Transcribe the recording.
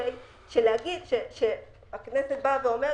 כשהכנסת אומרת: